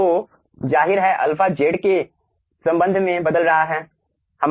तो जाहिर है अल्फा z के संबंध में बदल रहा है